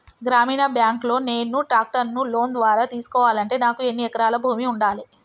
గ్రామీణ బ్యాంక్ లో నేను ట్రాక్టర్ను లోన్ ద్వారా తీసుకోవాలంటే నాకు ఎన్ని ఎకరాల భూమి ఉండాలే?